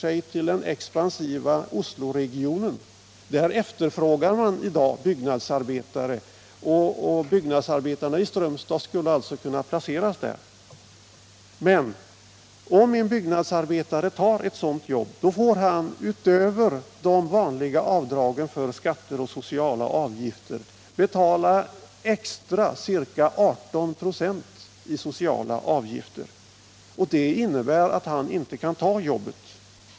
I den expansiva Osloregionen efterfrågar man i dag byggnadsarbetare, och byggnadsarbetarna i Strömstad skulle alltså kunna placeras där. Men om en svensk byggnadsarbetare tar ett sådant jobb får han utöver de vanliga avdragen för skatter och sociala avgifter betala ca 18 96 extra i sociala avgifter, och det innebär att han inte kan ta jobbet.